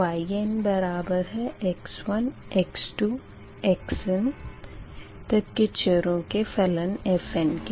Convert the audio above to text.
yn बराबर है x1 x2 से xn तक के चरों के फलन fnके